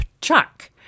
chuck